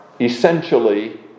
essentially